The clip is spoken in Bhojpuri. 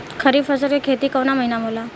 खरीफ फसल के खेती कवना महीना में होला?